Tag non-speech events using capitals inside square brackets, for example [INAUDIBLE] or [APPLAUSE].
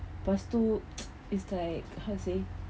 lepas tu [NOISE] it's like how to say